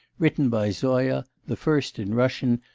written by zoya, the first in russian,